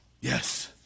Yes